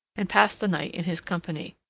and passed the night in his company.